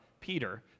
Peter